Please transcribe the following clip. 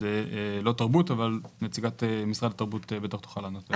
זה לא תרבות אבל נציגת משרד התרבות בטח תוכל לענות.